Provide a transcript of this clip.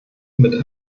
mit